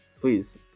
please